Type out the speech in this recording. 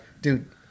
dude